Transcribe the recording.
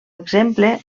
exemple